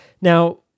Now